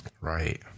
Right